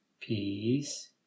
Peace